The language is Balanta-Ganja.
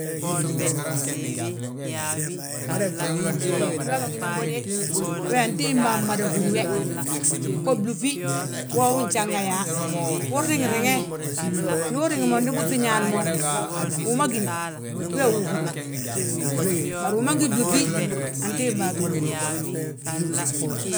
Hala bâginam bo de, we antimbaa mmada húri we, gó blúŧi, woo wi njanga yaa. Unriŋi riŋe, ndu uriŋ mo ndi buŧi ñaani mo, wi ma gíni wee wi uhúru. Bari wi ma ngí blúŧi, antimbaa ttú húr.